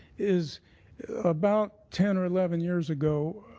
is about ten or eleven years ago,